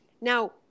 now